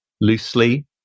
loosely